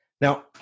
Now